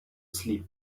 sleep